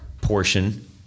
portion